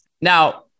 Now